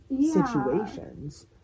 situations